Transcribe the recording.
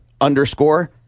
underscore